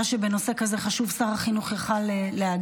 נראה שבנושא כזה חשוב שר החינוך יכול היה להגיע.